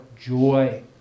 joy